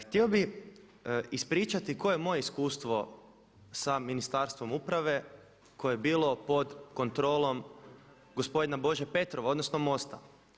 Htio bi ispričati koje je moje iskustvo sa Ministarstvom uprave koje je bilo pod kontrolom gospodina Bože Petrova odnosno MOST-a.